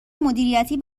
مدیریتی